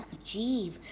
achieve